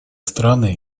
страны